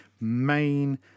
main